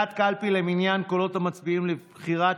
ועדת קלפי למניין קולות המצביעים לבחירת